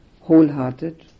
Wholehearted